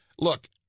Look